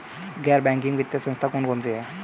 गैर बैंकिंग वित्तीय संस्था कौन कौन सी हैं?